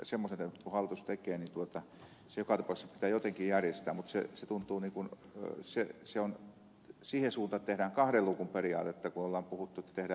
jos hallitus semmoisen tekee niin se joka tapauksessa pitää jotenkin järjestää mutta tuntuu että mennään siihen suuntaan että tehdään kahden luukun periaate kun on puhuttu tehdä